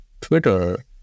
Twitter